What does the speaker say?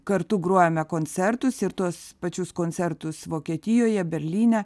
kartu grojame koncertus ir tuos pačius koncertus vokietijoje berlyne